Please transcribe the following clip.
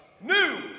new